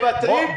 מוותרים.